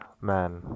man